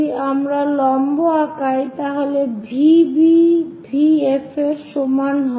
যদি আমরা লম্ব আঁকাই তাহলে V B V F এর সমান হয়